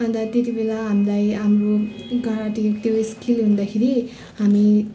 अन्त त्यति बेला हामीलाई हाम्रो कराटे त्यो स्किल हुँदाखेरि हामी